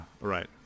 right